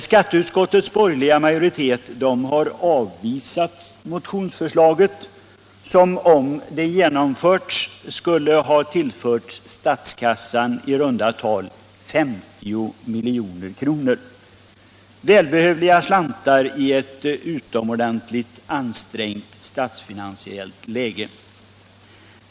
Skatteutskottets borgerliga majoritet har avvisat motionsförslaget, som om det genomförs skulle tillföra statskassan i runda tal 50 milj.kr. — välbehövliga slantar i ett utomordentligt ansträngt statsfinansiellt läge.